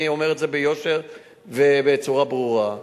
אני אומר את זה ביושר ובצורה ברורה.